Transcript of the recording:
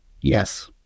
Yes